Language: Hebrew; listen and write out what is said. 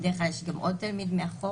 בדרך כלל יש גם עוד תלמיד מאחורה,